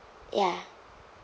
ya